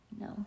No